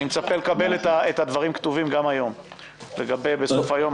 אני מצפה לקבל את הדברים כתובים כבר בסוף היום,